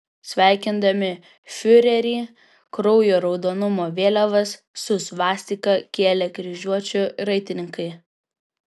sveikindami fiurerį kraujo raudonumo vėliavas su svastika kėlė kryžiuočių raitininkai